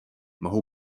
mohou